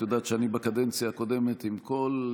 את יודעת שאני בקדנציה הקודמת, עם כל,